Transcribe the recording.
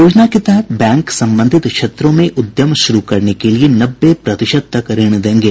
योजना के तहत बैंक संबंधित क्षेत्रों में उद्यमशुरू करने के लिए नब्बे प्रतिशत तक ऋण देंगे